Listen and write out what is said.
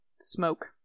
smoke